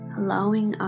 allowing